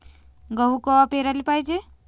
गहू कवा पेराले पायजे?